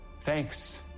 Thanks